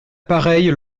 pareille